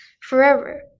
forever